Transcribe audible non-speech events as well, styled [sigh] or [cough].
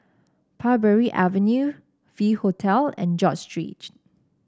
Parbury Avenue V Hotel and George [unintelligible]